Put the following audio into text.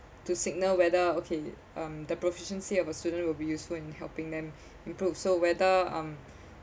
to signal whether okay um the proficiency of a student will be useful in helping them improve so whether um